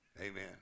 Amen